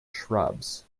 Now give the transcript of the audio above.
shrubs